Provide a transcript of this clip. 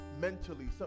mentally